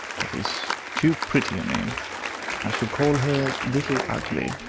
that is too pretty a name i shall call her little ugly.